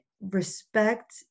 respect